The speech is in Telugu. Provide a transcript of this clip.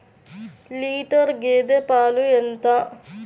లీటర్ గేదె పాలు ఎంత?